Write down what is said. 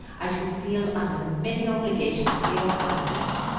i shall feel under many obligations for your kindness.